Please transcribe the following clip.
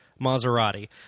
maserati